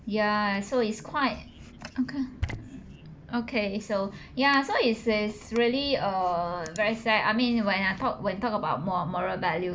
ya so is quite okay okay so ya so is is really err very sad I mean when I talk when talk about mor~ moral value